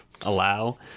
allow